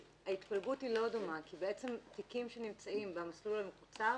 ההתפלגות היא לא דומה כי תיקים שנמצאים במסלול המקוצר